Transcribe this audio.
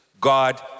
God